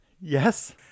Yes